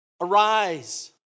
Arise